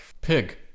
pig